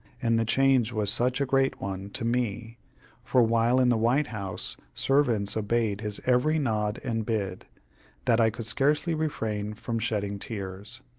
and the change was such a great one to me for while in the white house, servants obeyed his every nod and bid that i could scarcely refrain from shedding tears.